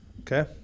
Okay